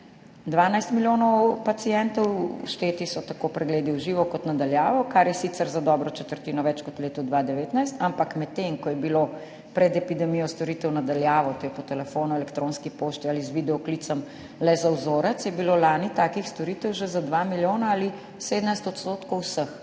12 milijonov pacientov, všteti so tako pregledi v živo kot na daljavo, kar je sicer za dobro četrtino več kot v letu 2019. Ampak medtem ko je bilo pred epidemijo storitev na daljavo, to je po telefonu, elektronski pošti ali z videoklicem, le za vzorec, je bilo lani takih storitev že za 2 milijona ali 17 % vseh.